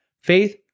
Faith